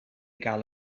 gael